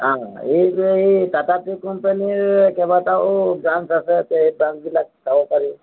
অঁ এইটো এই টাটা টী কোম্পানীৰ কেইবাটাও ব্ৰাঞ্চ আছে সেই ব্ৰাঞ্চবিলাক চাব পাৰি